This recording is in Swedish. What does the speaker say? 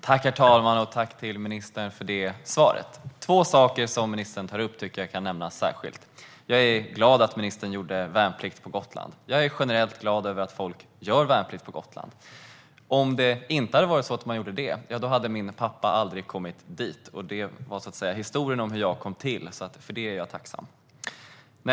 Herr talman! Jag tackar ministern för svaret. Två av de saker som ministern tar upp ska jag nämna särskilt. Jag är glad att ministern gjorde sin värnplikt på Gotland. Jag är generellt glad över att folk gör värnplikt på Gotland. Annars hade min pappa aldrig kommit dit, och jag hade inte kommit till. Så för det är jag tacksam.